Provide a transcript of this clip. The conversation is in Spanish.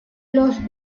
los